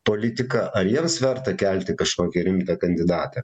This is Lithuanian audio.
politiką ar jiems verta kelti kažkokį rimtą kandidatą